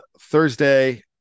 Thursday